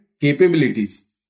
capabilities